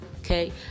Okay